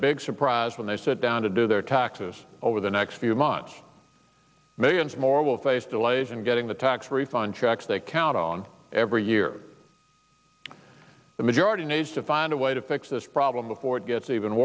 big surprise when they sit down to do their taxes over the next few months millions more will face delays in getting the tax refund checks they count on every year the majority needs to find a way to fix this problem before it gets even